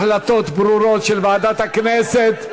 החלטות ברורות, של ועדת הכנסת.